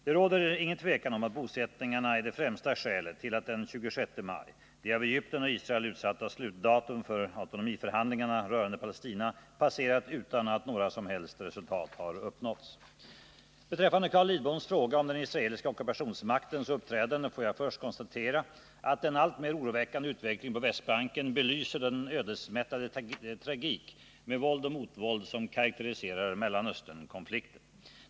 Det råder inget tvivel om att bosättningarna är det främsta skälet till att den 26 maj — det av Egypten och Israel utsatta slutdatum för autonomiförhandlingarna rörande Palestina — passerat utan att några som helst resultat uppnåtts. Beträffande Carl Lidboms fråga om den israeliska ockupationsmaktens uppträdande får jag först konstatera att den alltmer oroväckande utvecklingen på Västbanken belyser den ödesmättade tragik med våld och motvåld som karakteriserar Mellanösternkonflikten.